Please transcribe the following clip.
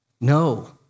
No